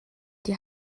die